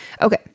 Okay